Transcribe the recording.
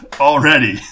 already